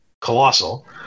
Colossal